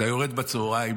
אתה יורד בצוהריים,